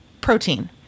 protein